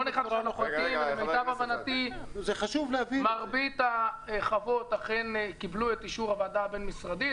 למיטב הבנתי מרבית החוות אכן קיבלו את אישור הוועדה הבין-משרדית,